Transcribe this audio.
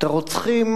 הרוצחים,